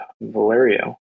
Valerio